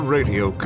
Radio